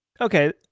Okay